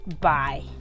bye